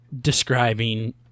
describing